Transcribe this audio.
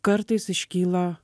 kartais iškyla